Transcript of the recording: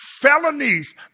felonies